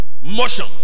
motion